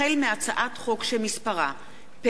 החל בהצעת חוק